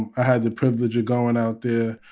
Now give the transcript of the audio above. and i had the privilege of going out there.